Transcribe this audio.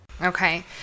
Okay